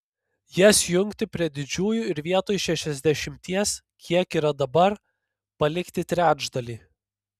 jas jungti prie didžiųjų ir vietoj šešiasdešimties kiek yra dabar palikti trečdalį